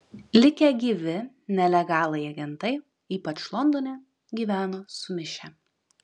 likę gyvi nelegalai agentai ypač londone gyveno sumišę